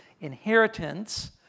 inheritance